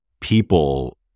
people